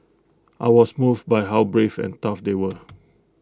I was moved by how brave and tough they were